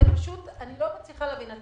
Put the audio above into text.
לא מצליחה להבין.